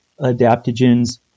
adaptogens